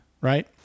right